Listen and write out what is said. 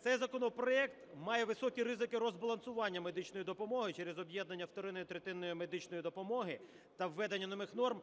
цей законопроект має високі ризики розбалансування медичної допомоги через об'єднання вторинної, третинної медичної допомоги та введення нових норм,